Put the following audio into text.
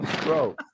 Bro